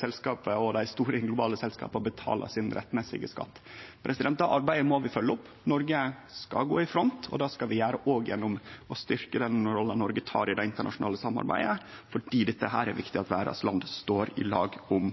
selskapa, òg dei store globale selskapa, betaler sin rettmessige skatt. Det arbeidet må vi følgje opp. Noreg skal gå i front, og det skal vi òg gjere gjennom å styrkje den rolla Noreg tar i det internasjonale samarbeidet, for det er viktig at verdas land står i lag om